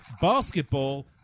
basketball